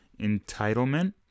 entitlement